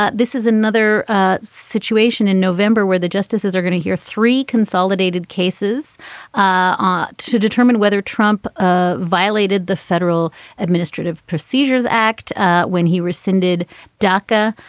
ah this is another ah situation in november where the justices are going to hear three consolidated cases ah to determine whether trump ah violated the federal administrative procedures act when he rescinded dhaka.